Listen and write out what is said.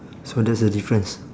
so that's the difference